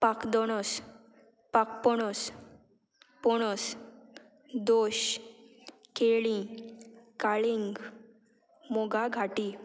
पाक दोणोस पाकपोणोस पोणोस दोश केळी काळींग मोगा घाटी